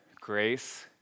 grace